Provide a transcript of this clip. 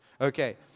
Okay